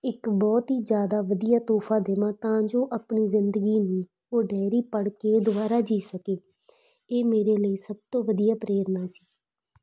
ਇੱਕ ਬਹੁਤ ਹੀ ਜਿਆਦਾ ਵਧੀਆ ਤੋਹਫਾ ਦੇਵਾਂ ਤਾਂ ਜੋ ਆਪਣੀ ਜ਼ਿੰਦਗੀ ਨੂੰ ਉਹ ਡੈਰੀ ਪੜ ਕੇ ਦੁਬਾਰਾ ਜੀਅ ਸਕੇ ਇਹ ਮੇਰੇ ਲਈ ਸਭ ਤੋਂ ਵਧੀਆ ਪ੍ਰੇਰਨਾ ਸੀ